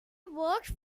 worked